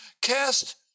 cast